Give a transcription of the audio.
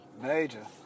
Major